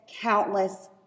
countless